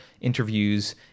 interviews